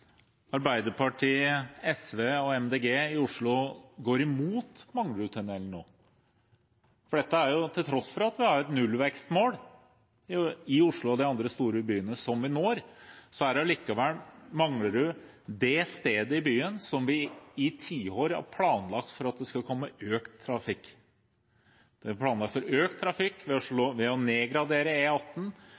Arbeiderpartiet, SV og Miljøpartiet De Grønne i Oslo går imot Manglerudtunnelen nå. Til tross for at det er et nullvekstmål i Oslo og de andre store byene som vi når, er Manglerud det stedet i byen der vi i tiår har planlagt for at det skal komme økt trafikk. Det er planlagt å øke trafikken ved å